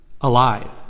alive